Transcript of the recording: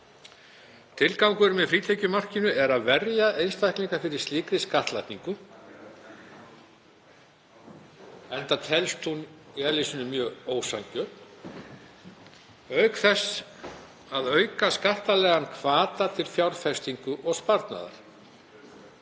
Tilgangurinn með frítekjumarkinu er að verja einstaklinga fyrir slíkri skattlagningu, enda telst hún í eðli sínu mjög ósanngjörn, auk þess að auka skattalegan hvata til fjárfestingar og sparnaðar.